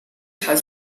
has